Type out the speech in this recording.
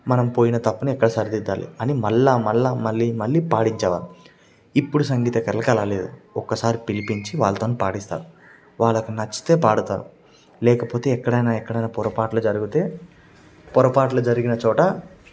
మనం పోయిన తప్పుని ఎక్కడ సరిదిద్దాలి అని మళ్ళీ మళ్ళీ మళ్ళీ మళ్ళీ పాడించేవాళ్ళు ఇప్పుడు సంగీతకారులకి అలా లేదు ఒక్కసారి పిలిపించి వాళ్లతోనే పాడిస్తారు వాళ్లకు నచ్చితే పాడతారు లేకపోతే ఎక్కడైనా ఎక్కడైనా పొరపాట్లు జరిగితే పొరపాట్లు జరిగిన చోట